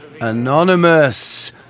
Anonymous